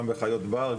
גם בחיות בר,